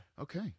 Okay